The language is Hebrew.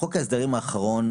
בחוק ההסדרים האחרון,